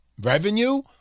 revenue